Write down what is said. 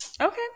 Okay